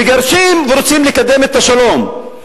מגרשים, ורוצים לקדם את השלום.